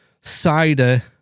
cider